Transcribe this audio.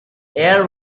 air